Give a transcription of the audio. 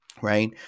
right